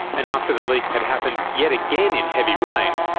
and after the leak had happened yet again in heavy rain,